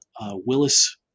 Willis